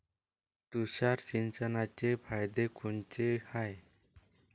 तुषार सिंचनाचे फायदे कोनचे हाये?